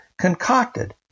concocted